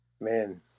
Man